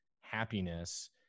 happiness